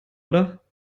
oder